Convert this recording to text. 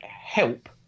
help